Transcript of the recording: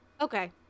Okay